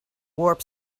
warp